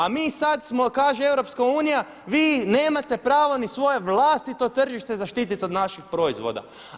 A mi sad smo, kaže EU, vi nemate pravo ni svoje vlastito tržište zaštititi od naših proizvoda.